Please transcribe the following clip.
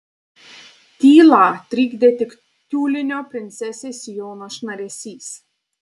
tylą trikdė tik tiulinio princesės sijono šnaresys